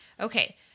Okay